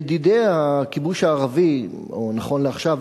ידידי הכיבוש הערבי, או נכון לעכשיו